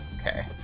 Okay